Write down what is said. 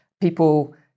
People